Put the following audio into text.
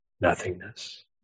nothingness